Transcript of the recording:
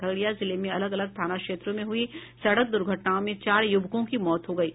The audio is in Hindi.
खगड़िया जिले में अलग अलग थाना क्षेत्रों में हुई सड़क दुर्घटनाओं में चार युवकों की मौत हो गयी